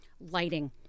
Lighting